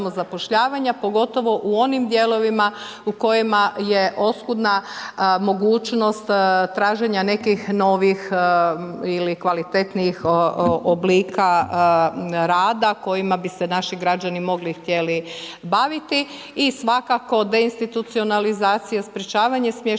pogotovo u onim dijelovima, u kojima je oskudna mogućnost traženja nekih novih ili kvalitetnijih oblika rada, kojima bi se naši građani mogli i htjeli baviti. I svakako deinstitucionalizacija, sprječavanje smještaja